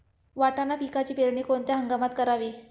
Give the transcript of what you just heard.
वाटाणा पिकाची पेरणी कोणत्या हंगामात करावी?